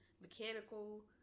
mechanical